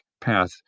path